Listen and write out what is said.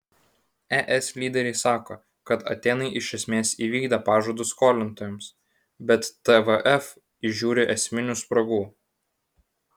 es lyderiai sako kad atėnai iš esmės įvykdė pažadus skolintojams bet tvf įžiūri esminių spragų